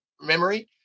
memory